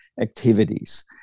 activities